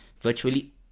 Virtually